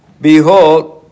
behold